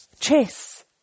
Chess